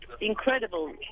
incredible